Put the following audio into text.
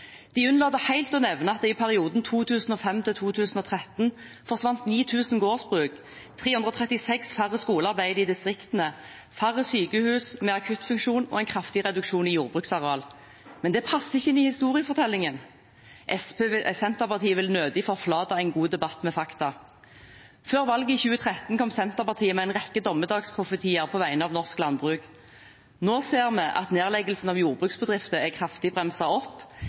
De unnlater helt å nevne at det i perioden 2005–2013 forsvant 9 000 gårdsbruk, det ble 336 færre skoler i distriktene, færre sykehus med akuttfunksjon og en kraftig reduksjon i jordbruksareal. Men det passer ikke inn i historiefortellingen. Senterpartiet vil nødig forflate en god debatt med fakta. Før valget i 2013 kom Senterpartiet med en rekke dommedagsprofetier på vegne av norsk landbruk. Nå ser vi at nedleggelsen av jordbruksbedrifter er bremset kraftig opp.